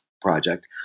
project